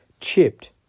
chipped